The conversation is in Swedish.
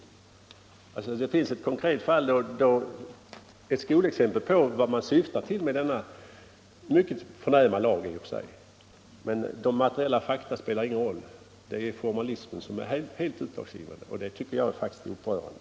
Jag har visat på ett konkret fall, ett skolexempel på vart man kommer med denna i och för sig mycket förnämliga lag. Men de materiella fakta spelar ingen roll, det är formalismen som är helt utslagsgivande, och det tycker jag är upprörande.